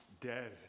dead